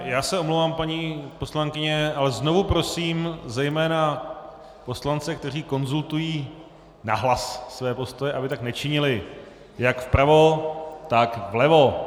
Já se omlouvám, paní poslankyně, ale znovu prosím zejména poslance, kteří konzultují nahlas své postoje, aby tak nečinili, jak vpravo, tak vlevo.